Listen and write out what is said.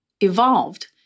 evolved